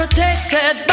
Protected